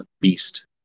beast